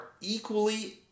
equally